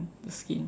the skin